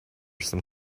some